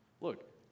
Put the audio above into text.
look